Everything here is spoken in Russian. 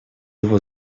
его